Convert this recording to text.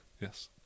Yes